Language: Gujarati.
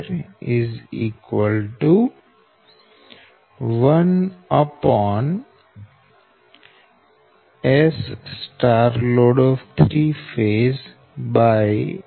BB 2 Zpu VL L2B 2